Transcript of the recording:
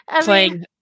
playing